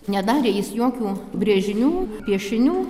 nedarė jis jokių brėžinių piešinių